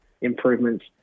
improvements